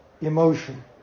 emotion